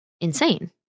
insane